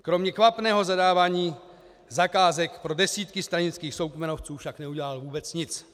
Kromě kvapného zadávání zakázek pro desítky stranických soukmenovců však neudělal vůbec nic.